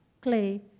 clay